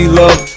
love